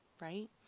right